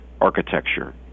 architecture